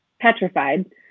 petrified